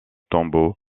tombeau